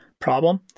problem